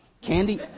Candy